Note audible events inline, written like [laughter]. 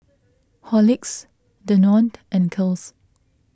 Horlicks Danone [noise] and Kiehl's